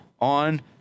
on